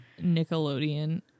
Nickelodeon